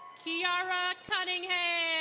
kiara cunningham.